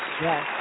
Yes